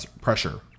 pressure